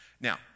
Now